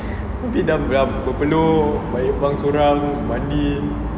aku bilang dorang berpeluh balik bunk sorang mandi